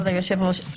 כבוד היושב-ראש,